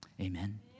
Amen